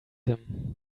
him